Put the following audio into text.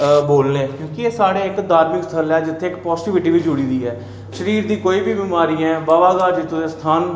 क्योंकी अस साढ़े धार्मिक स्थल ऐ जित्थै इक पाजिटिविटीबी जुड़ी दी ऐ शरीर दी कोई बी बिमारी ऐ बाबा ग्हार जित्तो दे स्थान